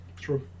True